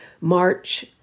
March